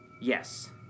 Yes